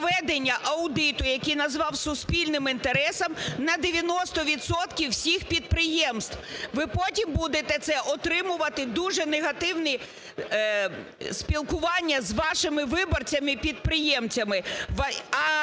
Ви потім будете це отримувати дуже негативне спілкування з вашими виборцями-підприємцями.